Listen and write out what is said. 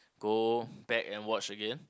go back and watch again